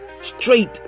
straight